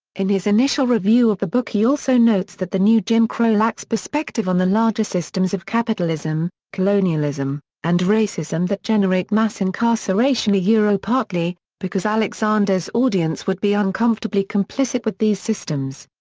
in his initial review of the book he also notes that the new jim crow lacks perspective on the larger systems of capitalism, colonialism, and racism that generate mass incarceration yeah partly, because alexander's audience would be uncomfortably complicit with these systems.